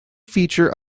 feature